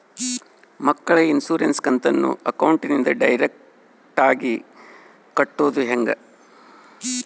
ಮಕ್ಕಳ ಇನ್ಸುರೆನ್ಸ್ ಕಂತನ್ನ ಅಕೌಂಟಿಂದ ಡೈರೆಕ್ಟಾಗಿ ಕಟ್ಟೋದು ಹೆಂಗ?